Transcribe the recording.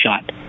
shot